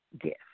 gift